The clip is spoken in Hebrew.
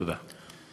תודה.